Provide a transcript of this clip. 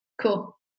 Cool